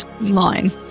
line